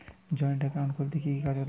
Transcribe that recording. Joint account খুলতে কি কি কাগজ লাগবে?